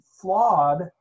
flawed